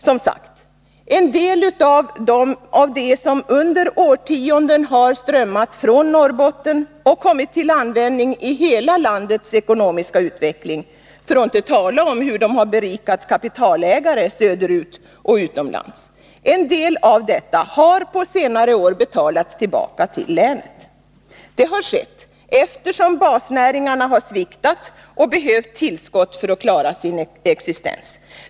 Som sagt: Av det som under årtionden har strömmat från Norrbotten och kommit till användning i hela landets ekonomiska utveckling, för att inte tala om hur de har berikat kapitalägare söderut och utomlands, har en del på senare år betalats tillbaka till länet. Detta har skett, eftersom basnäringarna har sviktat och behövt tillskott för att klara sin existens.